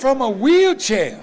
from a wheelchair